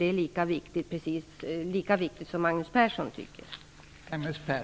Det tycker jag är lika viktigt som Magnus Persson tycker.